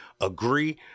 agree